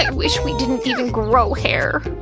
ah um wish we didn't even grow hair.